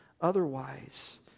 otherwise